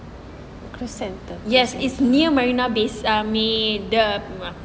yes is near marina bay I mean the premium